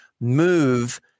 move